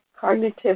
cognitive